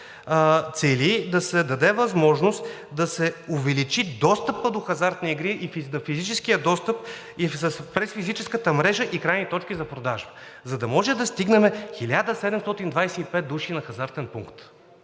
цели да се даде възможност да се увеличи достъпът до хазартни игри и физическият достъп, през физическата мрежа и крайни точки за продажба, за да може да стигнем 1725 души на хазартен пункт.